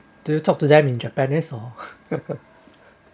do you talk to them in japanese or